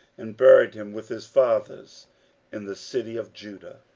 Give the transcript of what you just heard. and buried him with his fathers in the city of judah.